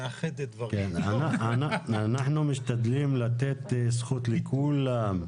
אנחנו משתדלים לתת זכות לכולם.